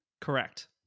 Correct